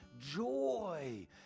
joy